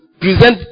Present